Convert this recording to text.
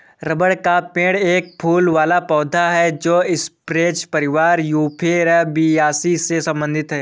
rubber का पेड़ एक फूल वाला पौधा है जो स्परेज परिवार यूफोरबियासी से संबंधित है